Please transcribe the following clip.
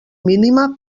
mínima